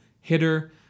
hitter